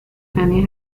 anne